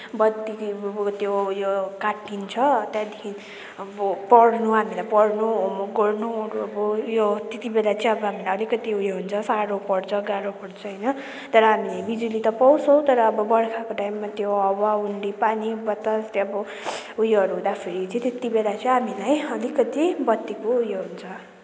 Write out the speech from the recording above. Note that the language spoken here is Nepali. बत्ती त्यो यो काटिन्छ त्यहाँदेखि अब पढ्नु हामीलाई पढ्नु होमवर्क गर्नुहरू अब यो त्यति बेला चाहिँ अब हामीलाई अलिकति उयो हुन्छ साह्रो पर्छ गाह्रो पर्छ होइन तर हामीले बिजुली त पाउँछौँ तर अब बर्खाको टाइममा त्यो अब हावा हुन्डी पानी बतासले अब उयोहरू हुँदाखेरि चाहिँ त्यति बेला चाहिँ हामीलाई अलिकति बत्तीको उयो हुन्छ